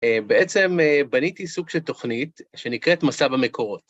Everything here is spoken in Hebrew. בעצם בניתי סוג של תוכנית, שנקראת מסע במקורות.